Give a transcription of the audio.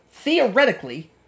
Theoretically